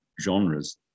genres